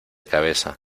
cabeza